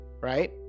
Right